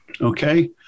Okay